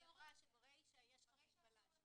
אני באה עכשיו להגן על ילדים,